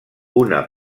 una